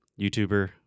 YouTuber